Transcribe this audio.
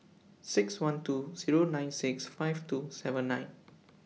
six one two Zero nine six five two seven nine